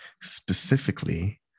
specifically